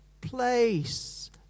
place